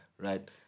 Right